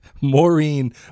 Maureen